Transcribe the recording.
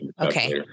okay